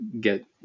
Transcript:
get